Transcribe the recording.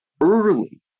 early